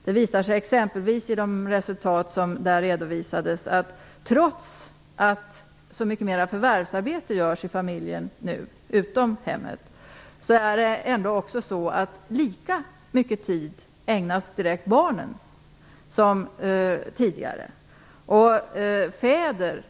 Det visar sig exempelvis i de resultat som där redovisades, att trots att familjen nu utför så mycket mer förvärvsarbete utanför hemmet ägnas ändå lika mycket tid åt barnen som tidigare.